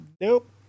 nope